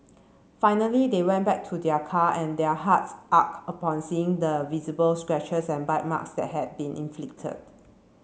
finally they went back to their car and their hearts upon seeing the visible scratches and bite marks that had been inflicted